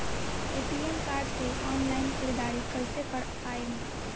ATM card से online ख़रीदारी कइसे कर पाएम?